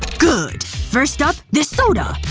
good. first up, this soda uhh,